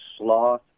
sloth